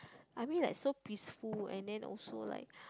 I mean like so peaceful and then also like